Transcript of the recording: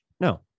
No